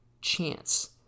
chance